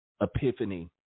Epiphany